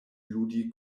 ludi